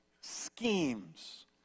schemes